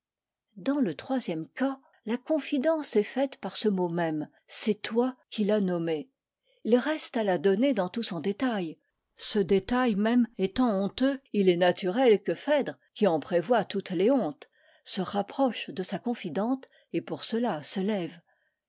dans le troisième cas la confidence est faite par ce mot même c'est toi qui l'as nommé il reste à la donner dans tout son détail ce détail même étant honteux il est naturel que phèdre qui en prévoit toutes les hontes se rapproche de sa confidente et pour cela se lève